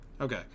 Okay